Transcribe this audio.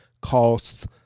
costs